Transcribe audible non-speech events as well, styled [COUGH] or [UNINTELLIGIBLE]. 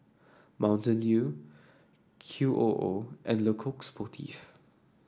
Mountain Dew Q O O and [UNINTELLIGIBLE] Coq Sportif